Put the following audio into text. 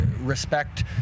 respect